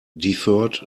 deferred